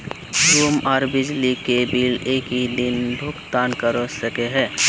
Room आर बिजली के बिल एक हि दिन भुगतान कर सके है?